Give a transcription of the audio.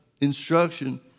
instruction